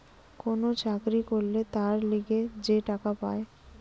কোন চাকরি করলে তার লিগে যে টাকা পায়